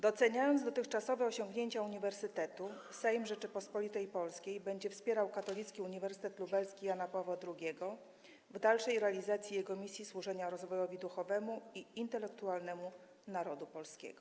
Doceniając dotychczasowe osiągnięcia Uniwersytetu, Sejm Rzeczypospolitej Polskiej będzie wspierał Katolicki Uniwersytet Lubelski Jana Pawła II w dalszej realizacji jego misji służenia rozwojowi duchowemu i intelektualnemu narodu polskiego”